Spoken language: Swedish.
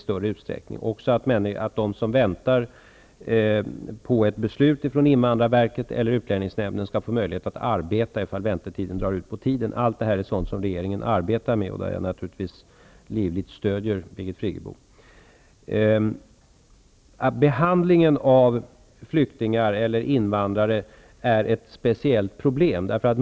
Vidare skall de som väntar på ett beslut från invandrarverket eller utlänningsnämnden få möjlighet att arbeta ifall väntan drar ut på tiden. Allt detta är sådant som regeringen arbetar med. Naturligtvis stöder jag livligt Birgit Friggebo i det arbetet. Behandlingen av flyktingar eller invandrare är ett speciellt problem.